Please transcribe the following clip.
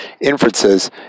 inferences